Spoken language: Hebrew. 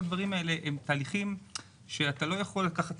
כל הדברים האלה הם תהליכים שאתה לא יכול לקחת